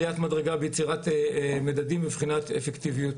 גם עליית מדרגה ביצירת מדדים ובחינת אפקטיביות